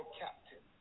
captain